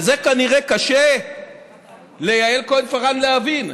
את זה כנראה קשה ליעל כהן-פארן להבין.